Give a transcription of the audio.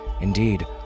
Indeed